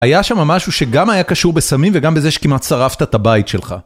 היה שמה משהו שגם היה קשור בסמים וגם בזה שכמעט שרפת את הבית שלך.